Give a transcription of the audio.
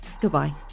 Goodbye